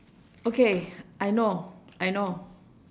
okay I know I know